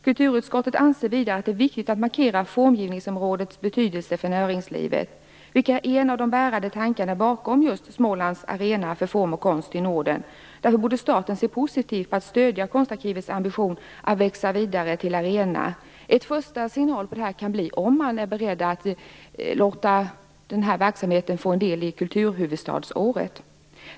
Kulturutskottet anser vidare att det är viktigt att markera formgivningsområdets betydelse för näringslivet, vilket är en av de bärande tankarna bakom just Smålands arena för konst och form i Norden. Därför borde staten se positivt på och stödja konstarkivets ambition att växa vidare till arena. En första signal om detta kan bli om man är beredd att låta den här verksamheten bli en del i kulturhuvudstadsåret.